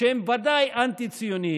שהם ודאי אנטי-ציוניים,